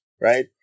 right